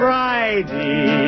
Friday